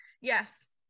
Yes